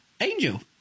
Angel